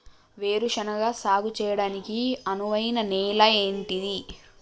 వేరు శనగ సాగు చేయడానికి అనువైన నేల ఏంటిది?